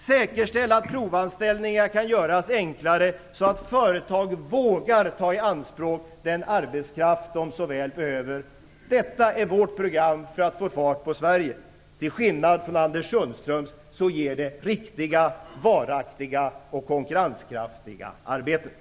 Säkerställ att provanställningar kan göras enklare så att företag vågar ta i anspråk den arbetskraft de såväl behöver! Detta är vårt program för att få fart på Sverige. Till skillnad från Anders Sundströms ger det riktiga, varaktiga och konkurrenskraftiga arbeten.